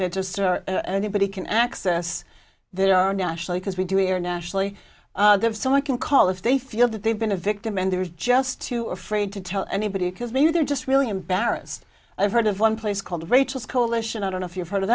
they're just anybody can access they are nationally because we do internationally have so i can call if they feel that they've been a victim and there's just too afraid to tell anybody because maybe they're just really embarrassed i've heard of one place called rachel's coalition i don't know if you've heard of